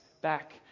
back